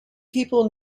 people